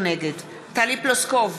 נגד טלי פלוסקוב,